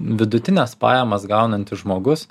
vidutines pajamas gaunantis žmogus